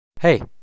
Hey